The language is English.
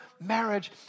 marriage